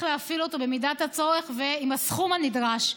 להפעיל אותו במידת הצורך ועם הסכום הנדרש,